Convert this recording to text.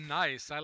nice